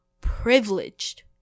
privileged